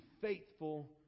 faithful